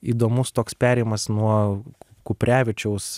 įdomus toks perėjimas nuo kuprevičiaus